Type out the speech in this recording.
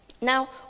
now